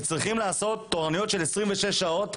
שצריכים לעשות תורנויות של 26 שעות,